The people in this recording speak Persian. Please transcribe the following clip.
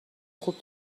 خوب